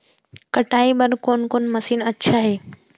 कटाई बर कोन कोन मशीन अच्छा हे?